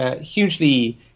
hugely